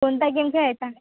कोणता गेम खेळायचा